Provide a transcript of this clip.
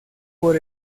por